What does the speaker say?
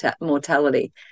mortality